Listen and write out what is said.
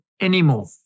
anymore